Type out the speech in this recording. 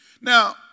Now